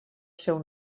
seu